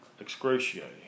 excruciating